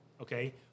Okay